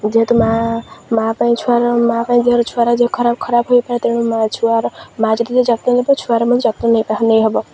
ଯେହେତୁ ମା' ମା' ପାଇଁ ଛୁଆର ମା' ପାଇଁ ଛୁଆର ଖରାପ ଖରାପ ହୋଇପାରେ ତେଣୁ ଛୁଆର ମା' ଯଦିି ଯତ୍ନ ନବ ଛୁଆର ମଧ୍ୟ ଯତ୍ନ ନେଇ ନେଇ ହବ